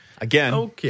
again